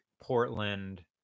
portland